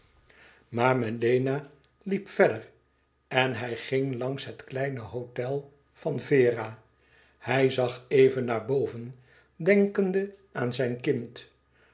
melena liep verder en hij ging langs het kleine hôtel van vera hij zag even naar boven denkende aan zijn kind